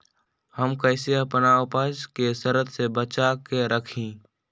हम कईसे अपना उपज के सरद से बचा के रखी?